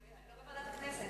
אני לא בוועדת הכנסת.